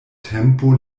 tempo